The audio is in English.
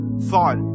thought